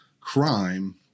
crime